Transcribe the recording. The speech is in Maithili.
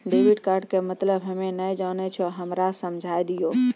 डेबिट कार्ड के मतलब हम्मे नैय जानै छौ हमरा समझाय दियौ?